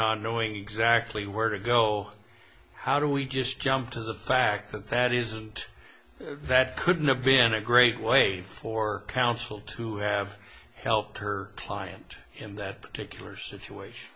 not knowing exactly where to go how do we just jump to the fact that that isn't that couldn't have been a great way for counsel to have helped her client in that particular situation